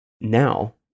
now